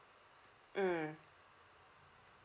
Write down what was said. mm